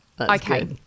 Okay